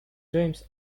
james